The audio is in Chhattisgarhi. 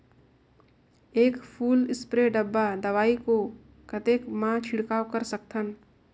एक फुल स्प्रे डब्बा दवाई को कतेक म छिड़काव कर सकथन?